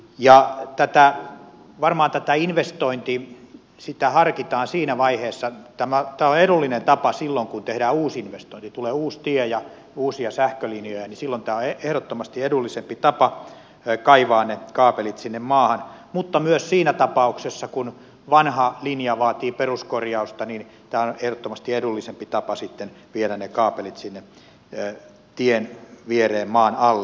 ja tietää varmaan tätä investointi sitä harkitaan siinä vaiheessa tämä on edullinen tapa silloin kun tehdään uusi investointi tulee uusi tie ja uusia sähkölinjoja silloin tämä on ehdottomasti edullisempi tapa kaivaa ne kaapelit sinne maahan mutta myös siinä tapauksessa kun vanha linja vaatii peruskorjausta tämä on ehdottomasti edullisempi tapa viedä kaapelit sinne tien viereen maan alle